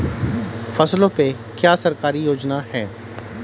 फसलों पे क्या सरकारी योजना है?